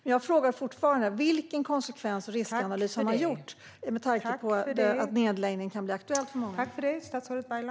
Men jag frågar fortfarande: Vilken konsekvens och riskanalys har man gjort, med tanke på att det kan bli aktuellt med nedläggning för många?